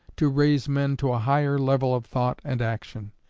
to raise men to a higher level of thought and action.